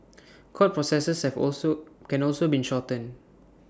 court processes have also can also be shortened